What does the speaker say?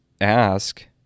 ask